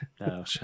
No